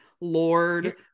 Lord